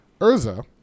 Urza